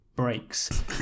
Breaks